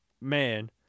Man